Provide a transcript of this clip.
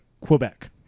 Quebec